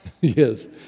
Yes